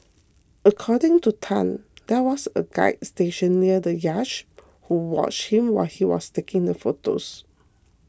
according to Tan there was a guard stationed near the yacht who watched him while he was taking the photos